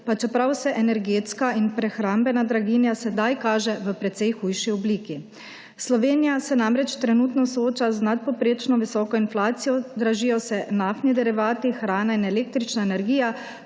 pa čeprav se energetska in prehrambena draginja zdaj kaže v precej hujši obliki. Slovenija se namreč trenutno sooča z nadpovprečno visoko inflacijo, dražijo se naftni derivati, hrana in električna energija,